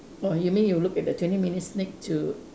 !wah! you mean you look at the twenty minute sneak to